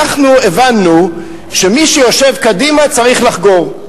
אנחנו הבנו שמי שיושב קדימה צריך לחגור,